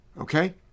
okay